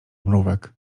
mrówek